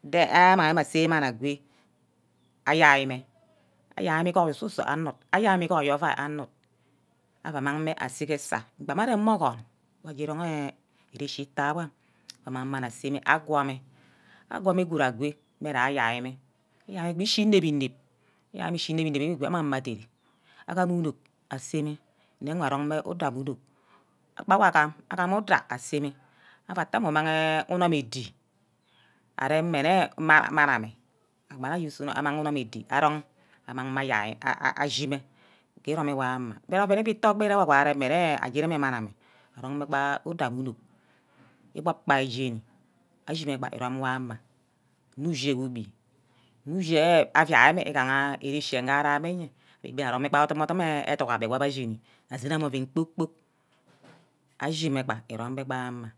Amang mme ase ke manni agwe, ayai mme ayai mme igug osusor anud, ayai mme ayo ovai anud ava mang mme ase ke esai ogbome aremma ogun wor agirong enh erechi ita wor amang mani aseme, agwor mme, agwor mme good agwe mme ayai mme, ayia mme ishi inep-inep, ayia mma eshi inep-inep igo amang mme adere, agam unok aseme nne nga rong mme udah mme unok aseme nne nga rong mme udah mme unok, gba awor agam, agam ubah ase-mme ava atte awor amang unum edi areme nne mani ame abanga ause unum ebi arong amang mme ashime iga irome wor ama igaha oven itaba ire wor ugbi, nne ushi enh afiaha igaha ere-chi ngara eyea, egbi arong mme gba odum-odum edug abe wor abbe ayeni, asene mme oven kpor-kpork ashime gba irome gba ama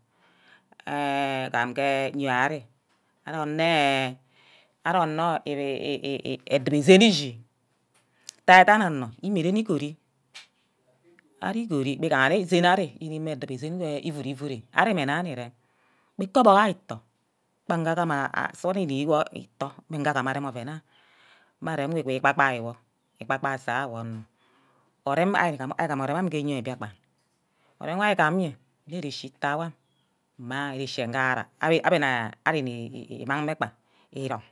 eh igamge nyo ari, ari anot ee edubor sen ichi daiden onor imeren isori, agigor wor iganne yene sen ari inim edubor sen weh inuro ivuro ari mme nna nirem, gba ite obork ayo itoh gbang ga agama sughuren ikbiwor itoh won nge agama- gama arem oven nna mma arem wor igi-gbai woi, igbai-gbai asawor mme orume, ari gam orime amin ke eyorho biakpan orem wor gam iye mme erechi ita wor mma erechi ngara abbe na ari nne imang mme gbang erong.